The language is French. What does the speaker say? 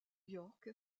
york